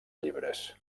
llibres